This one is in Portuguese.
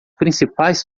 principais